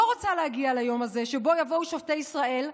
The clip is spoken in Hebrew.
אני לא רוצה להגיע ליום הזה שבו יבואו שופטי ישראל,